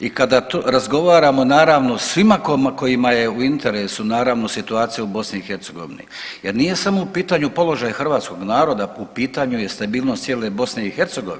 I kada razgovaramo naravno svima kojima je u interesu, naravno situacija u BiH jer nije samo u pitanju položaj hrvatskog naroda, u pitanju je stabilnost cijele BiH.